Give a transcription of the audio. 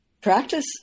practice